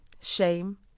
shame